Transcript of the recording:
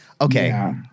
Okay